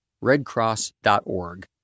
redcross.org